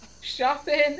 shopping